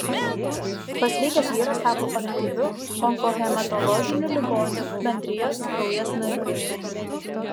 pasveikęs vyras tapo aktyviu onkohematologinių ligonių bendrijos kraujas nariu